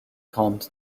calmed